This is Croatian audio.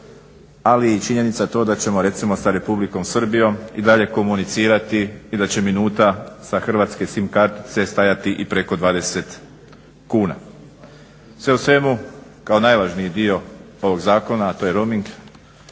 i činjenica to da ćemo recimo sa Republikom Srbijom i dalje komunicirati i da će minuta sa hrvatske sim kartice stajati i preko 20 kuna. Sve u svemu kao najvažniji dio ovog zakona, a to je roaming,